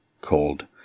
called